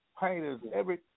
painters—every